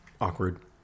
Awkward